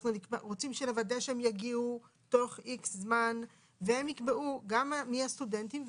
אנחנו רוצים לוודא שהן יגיעו בתוך X זמן והן יקבעו גם מי הסטודנטים,